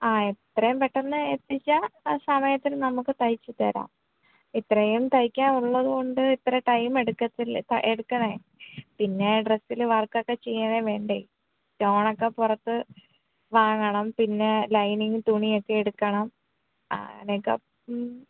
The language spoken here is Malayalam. ആ എത്രയും പെട്ടന്ന് എത്തിച്ചാൽ ആ സമയത്തിന് നമ്മൾക്ക് തയ്ച്ച് തരാം ഇത്രയും തൈക്കാനുള്ളത് കൊണ്ട് ഇത്ര ടൈം എടുക്കത്തില്ല എടുക്കണം പിന്നെ ഡ്രസ്സിന് വർക്കൊക്കെ ചെയ്യാനും വേണ്ടേ സ്റ്റോൺ ഒക്കെ പുറത്തു വാങ്ങണം പിന്നെ ലൈനിങ് തുണിയൊക്കെ എടുക്കണം അങ്ങനെ ഒക്കെ